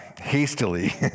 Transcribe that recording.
hastily